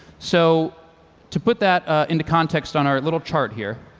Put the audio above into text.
so to put that into context on our little chart here,